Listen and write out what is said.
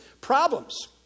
Problems